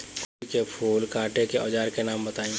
गोभी के फूल काटे के औज़ार के नाम बताई?